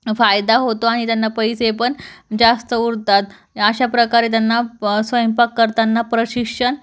फायदा होतो आणि त्यांना पैसे पण जास्त उरतात अशा प्रकारे त्यांना स्वयंपाक करताना प्रशिक्षण